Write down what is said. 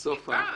סליחה.